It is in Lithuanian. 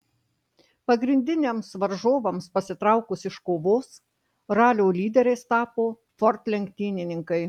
pagrindiniams varžovams pasitraukus iš kovos ralio lyderiais tapo ford lenktynininkai